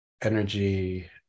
energy